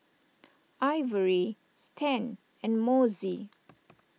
Ivory Stan and Mossie